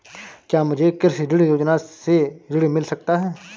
क्या मुझे कृषि ऋण योजना से ऋण मिल सकता है?